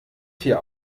vier